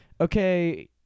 okay